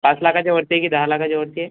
पाच लाखाच्या वरती आहे की दहा लाखाच्या वर आहे